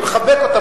אני מחבק אותם,